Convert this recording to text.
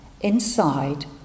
inside